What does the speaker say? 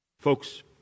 Folks